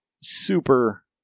super